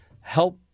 help